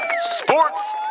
sports